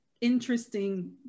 interesting